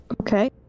okay